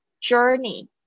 journey